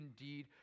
indeed